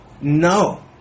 No